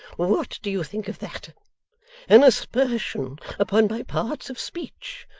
what do you think of that an aspersion upon my parts of speech!